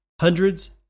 hundreds